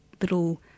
little